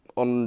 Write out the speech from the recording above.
on